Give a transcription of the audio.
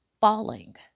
falling